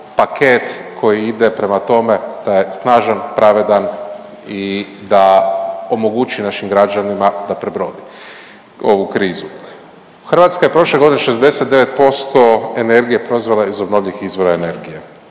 paket koji ide prema tome da je snažan, pravedan i da omogući našim građanima da prebrodi ovu krizu. Hrvatska je prošle godine 69% energije proizvela iz obnovljivih izvora energije.